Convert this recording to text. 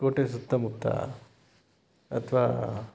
ಕೋಟೆಯ ಸುತ್ತಮುತ್ತ ಅಥವಾ